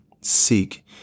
Seek